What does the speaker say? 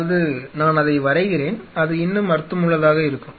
அதாவது நான் அதை வரைகிறேன் அது இன்னும் அர்த்தமுள்ளதாக இருக்கும்